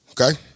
okay